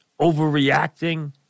overreacting